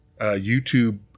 YouTube